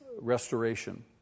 restoration